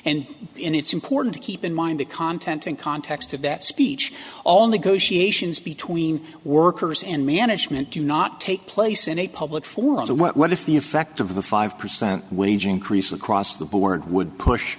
and in it's important to keep in mind the content and context of that speech all negotiations between workers and management do not take place in a public forum so what if the effect of the five percent wage increase across the board would push